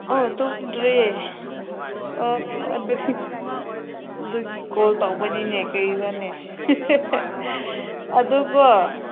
ꯑꯣ ꯇꯨꯝꯗ꯭ꯔꯤ ꯑꯗꯨꯒꯤ ꯀꯣꯜ ꯇꯧꯕꯅꯤꯅꯦ ꯀꯩꯅꯣꯅꯦ ꯑꯗꯨꯀꯣ